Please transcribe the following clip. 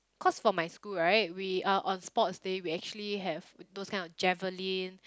cause for my school right we uh on sports day we actually have those kind of javelin